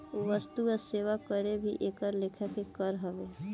वस्तु आ सेवा कर भी एक लेखा के कर हवे